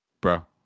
bro